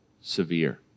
severe